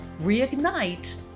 reignite